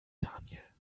daniel